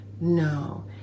no